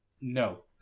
No